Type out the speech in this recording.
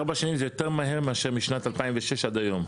ארבע שנים זה יותר מהר מאשר משנת 2006 עד היום.